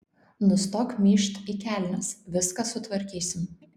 nustok myžt į kelnes viską sutvarkysim